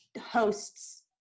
hosts